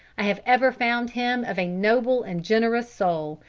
i have ever found him of a noble and generous soul,